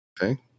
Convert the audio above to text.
Okay